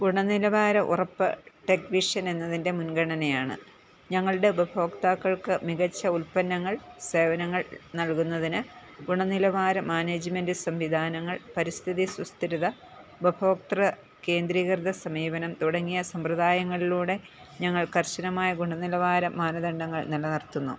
ഗുണനിലവാരം ഉറപ്പ് ടെക്നിഷ്യൻ എന്നതിൻ്റെ മുൻഗണനയാണ് ഞങ്ങളുടെ ഉപഭോക്താക്കൾക്ക് മികച്ച ഉൽപ്പന്നങ്ങൾ സേവനങ്ങൾ നൽകുന്നതിന് ഗുണനിലവാരം മാനേജ്മെൻ്റ് സംവിധാനങ്ങൾ പരിസ്ഥിതി സുസ്ഥിരത ഉപഭോക്തൃ കേന്ദ്രീകൃത സമീപനം തുടങ്ങിയ സംമ്പ്രധായങ്ങളിലൂടെ ഞങ്ങൾ കർശനമായ ഗുണനിലവാരം മാനദണ്ഡങ്ങൾ നിലനിർത്തുന്നു